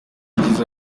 ibyiza